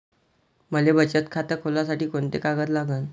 मले बचत खातं खोलासाठी कोंते कागद लागन?